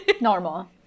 Normal